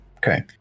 Okay